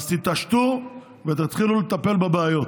אז תתעשתו ותתחילו לטפל בבעיות.